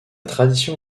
tradition